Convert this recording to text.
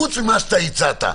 חוץ ממה שאתה הצעת,